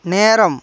நேரம்